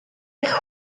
eich